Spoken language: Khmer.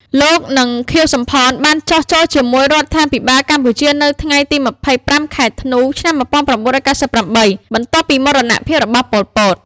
លោក និង ខៀវ សំផន បានចុះចូលជាមួយរាជរដ្ឋាភិបាលកម្ពុជា នៅថ្ងៃទី២៥ ខែធ្នូ ឆ្នាំ១៩៩៨ បន្ទាប់ពីមរណភាពរបស់ ប៉ុល ពត។